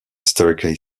staircase